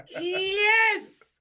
Yes